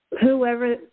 whoever